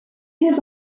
his